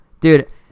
Dude